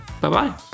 Bye-bye